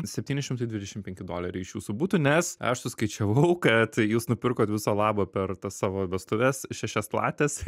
septyni šimtai dvidešim penki doleriai iš jūsų būtų nes aš suskaičiavau kad jūs nupirkot viso labo per tas savo vestuves šešias lates